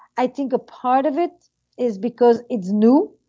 i think a part of it is because it's new,